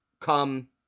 come